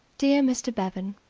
dear mr. bevan,